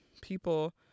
people